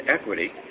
equity